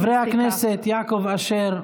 חברי הכנסת, יעקב אשר,